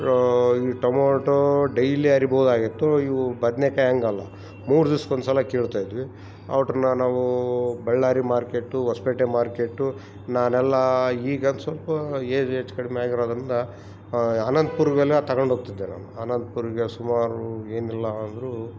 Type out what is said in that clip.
ರಾ ಈ tomato daily ಹರಿಬೋದಾಗಿತ್ತು ಇವು ಬದನೇಕಾಯ್ ಹಂಗಲ್ಲ ಮೂರು ದಿವ್ಸಕ್ಕೆ ಒಂದುಸಲ ಕೀಳ್ತಾ ಇದ್ವಿ ಔಡ್ರನ್ನ ನಾವೂ ಬಳ್ಳಾರಿ ಮಾರ್ಕೆಟ್ಟು ಹೊಸಪೇಟೆ ಮಾರ್ಕೆಟ್ಟು ನಾನೆಲ್ಲ ಈಗ ಸ್ವಲ್ಪ ಏಜ್ ಹೆಚ್ಚು ಕಡಿಮೆ ಆಗಿರೋದಿಂದ ಅನಂತಪುರ್ಗೆಲ್ಲ ಅದು ತಗಂಡೋಗ್ತಿದ್ದೆ ನಾನು ಅನಂತಪುರ್ಗೆ ಸುಮಾರು ಏನಿಲ್ಲ ಅಂದರು